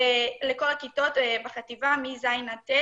ולכל הכיתות בחטיבה מכיתות ז'-ט'